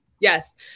yes